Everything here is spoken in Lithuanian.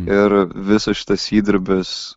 ir visas šitas įdirbis